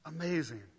Amazing